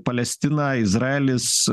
palestina izraelis